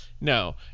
No